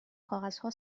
کاغذها